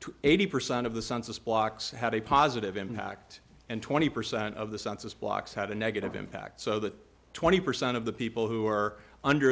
to eighty percent of the census blocks had a positive impact and twenty percent of the census blocks had a negative impact so that twenty percent of the people who are under